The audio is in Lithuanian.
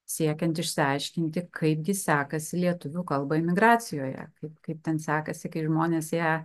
siekiant išsiaiškinti kaipgi sekasi lietuvių kalbai emigracijoje kaip kaip ten sekasi kai žmonės ją